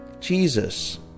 Jesus